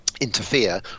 interfere